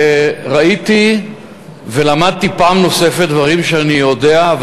וראיתי ולמדתי פעם נוספת דברים שאני יודע,